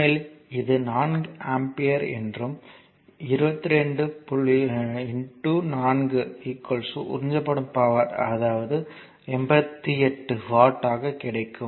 உண்மையில் இது 4 ஆம்பியர் என்றும் 22 4 உறிஞ்சப்படும் பவர் 88 வாட் ஆகும்